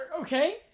Okay